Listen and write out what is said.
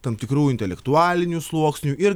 tam tikrų intelektualinių sluoksnių ir